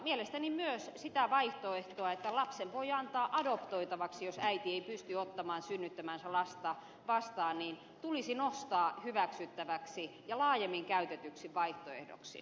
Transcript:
mielestäni myös sitä vaihtoehtoa että lapsen voi antaa adoptoitavaksi jos äiti ei pysty ottamaan synnyttämäänsä lasta vastaan tulisi nostaa hyväksyttäväksi ja laajemmin käytetyksi vaihtoehdoksi